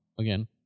again